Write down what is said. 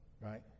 Right